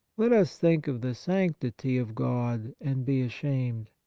let us think of the sanctity of god and be ashamed.